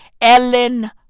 Ellen